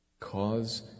Cause